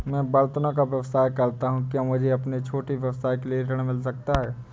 मैं बर्तनों का व्यवसाय करता हूँ क्या मुझे अपने छोटे व्यवसाय के लिए ऋण मिल सकता है?